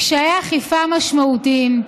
קשיי אכיפה משמעותיים,